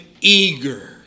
eager